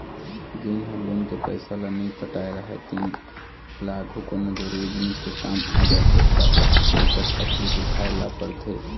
जेन ह लोन के पइसा ल नइ पटाए राहय तेन ल आघु कोनो जरुरी जिनिस के काम आ जाथे त बिकट तकलीफ उठाए ल परथे